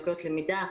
לקויות למידה,